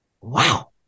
wow